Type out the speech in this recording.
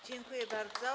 Dziękuję bardzo.